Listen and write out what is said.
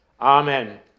Amen